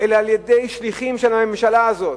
אלא על-ידי שליחים של הממשלה הזאת.